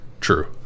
True